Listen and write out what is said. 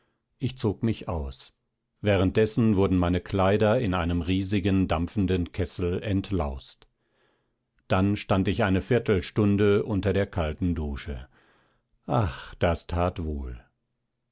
ich zog mich aus währenddessen wurden meine kleider in einem riesigen dampfenden kessel entlaust dann stand ich eine viertelstunde unter der kalten dusche ach das tat wohl